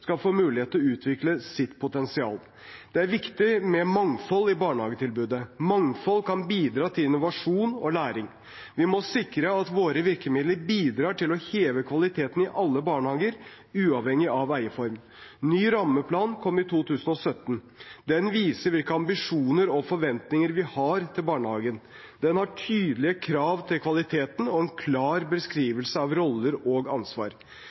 skal få mulighet til å utvikle sitt potensial. Det er viktig med mangfold i barnehagetilbudet. Mangfold kan bidra til innovasjon og læring. Vi må sikre at våre virkemidler bidrar til å heve kvaliteten i alle barnehager, uavhengig av eierform. Ny rammeplan kom i 2017. Den viser hvilke ambisjoner og forventninger vi har til barnehagen. Den har tydelige krav til kvaliteten og en klar beskrivelse av roller og ansvar.